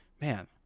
man